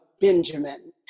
Benjamin